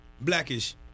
Blackish